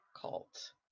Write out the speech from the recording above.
cult